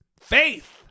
Faith